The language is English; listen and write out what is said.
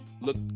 look